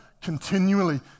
continually